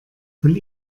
von